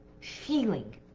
feeling